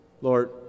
Lord